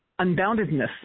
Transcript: unboundedness